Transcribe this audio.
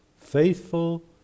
Faithful